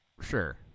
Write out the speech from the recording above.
sure